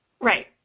Right